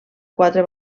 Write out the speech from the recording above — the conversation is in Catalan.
quatre